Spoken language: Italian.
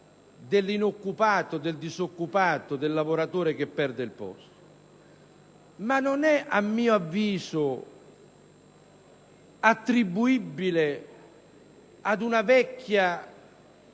dell'inoccupato, del disoccupato, del lavoratore che perde il posto, ma essa non è a mio avviso attribuibile alla vecchia